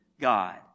God